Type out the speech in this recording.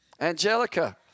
Angelica